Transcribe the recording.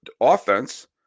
offense